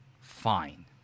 fine